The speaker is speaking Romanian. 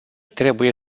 trebuie